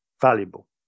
valuable